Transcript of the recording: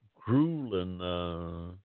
grueling